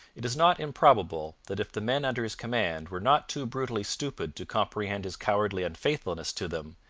it is not improbable that if the men under his command were not too brutally stupid to comprehend his cowardly unfaithfulness to them,